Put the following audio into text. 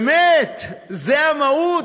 באמת, זו המהות?